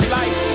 life